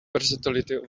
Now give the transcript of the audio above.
versatility